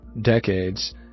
decades